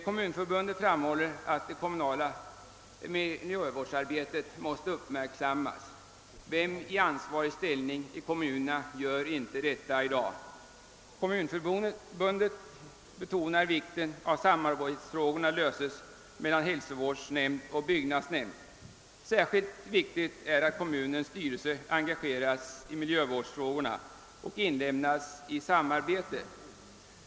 Kommunförbundet framhåller att det kommunala miljövårdsarbetet måste uppmärksammas, men vem i ansvarig ställning i kommunerna gör inte det i dag? Kommunförbundet betonar vidare vikten av att samarbetsfrågorna löses mellan hälsovårdsnämnd och byggnadsnämnd. Särskilt viktigt är att kommunens styrelse engageras i miljövårdsfrågorna och inlemmas i samarbetet.